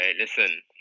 listen